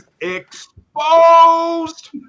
exposed